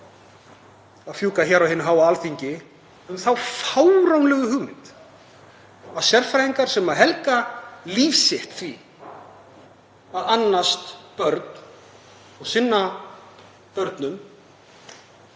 að heyrast hér á hinu háa Alþingi um þá fáránlegu hugmynd að sérfræðingar sem helga líf sitt því að annast börn og sinna börnum